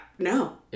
No